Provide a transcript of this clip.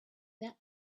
that